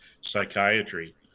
psychiatry